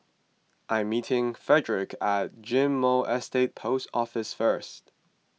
I am meeting Fredrick at Ghim Moh Estate Post Office first